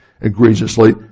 egregiously